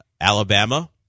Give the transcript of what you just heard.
Alabama